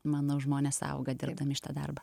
manau žmonės auga dirbdami šitą darbą